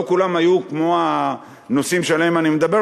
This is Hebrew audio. לא כולם היו כמו הנושאים שעליהם אני מדבר.